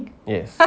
yes